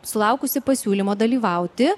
sulaukusi pasiūlymo dalyvauti